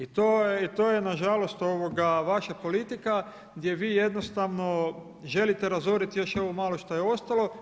I to je, to je nažalost ovoga vaša politika gdje vi jednostavno želite razorit još ovo malo što je ostalo.